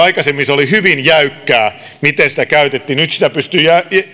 aikaisemmin oli hyvin jäykkää miten sitä käytettiin että nyt sitä pystyy